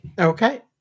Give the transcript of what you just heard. Okay